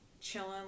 chilling